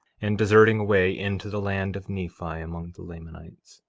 and deserting away into the land of nephi, among the lamanites